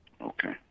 Okay